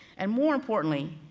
and more importantly,